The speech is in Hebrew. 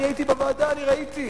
אני הייתי בוועדה, אני ראיתי.